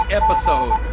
episode